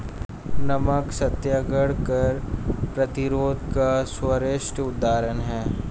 नमक सत्याग्रह कर प्रतिरोध का सर्वश्रेष्ठ उदाहरण है